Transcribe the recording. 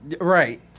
Right